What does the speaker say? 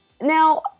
Now